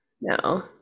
no